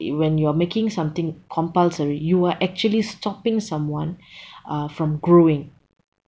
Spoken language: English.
when you are making something compulsory you are actually stopping someone uh from growing